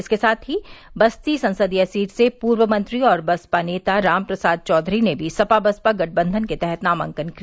इसके साथ ही बस्ती संसदीय सीट से पूर्व मंत्री और बसपा नेता राम प्रसाद चौधरी ने भी सपा बसपा गठबंधन के तहत नामांकन किया